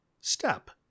step